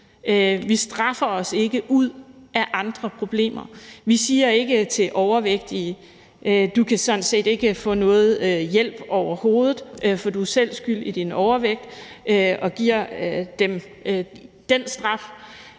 Vi straffer os ikke ud af andre problemer. Vi siger ikke til overvægtige: Du kan sådan set ikke få noget hjælp overhovedet, for du er selv skyld i din overvægt – og giver dem den straf.